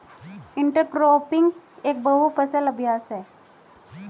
intercropping एक बहु फसल अभ्यास है